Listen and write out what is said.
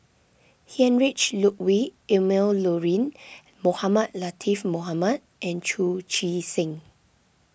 Heinrich Ludwig Emil Luering Mohamed Latiff Mohamed and Chu Chee Seng